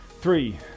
Three